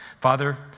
Father